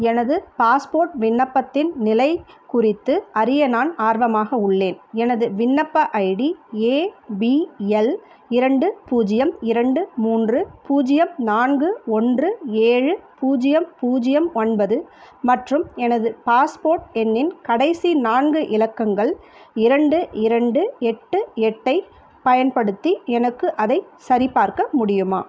எனது பாஸ்போர்ட் விண்ணப்பத்தின் நிலை குறித்து அறிய நான் ஆர்வமாக உள்ளேன் எனது விண்ணப்ப ஐடி ஏ பி எல் இரண்டு பூஜ்ஜியம் இரண்டு மூன்று பூஜ்ஜியம் நான்கு ஒன்று ஏழு பூஜ்ஜியம் பூஜ்ஜியம் ஒன்பது மற்றும் எனது பாஸ்போர்ட் எண்ணின் கடைசி நான்கு இலக்கங்கள் இரண்டு இரண்டு எட்டு எட்டைப் பயன்படுத்தி எனக்கு அதைச் சரிபார்க்க முடியுமா